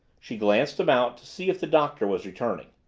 she glanced about to see if the doctor was returning.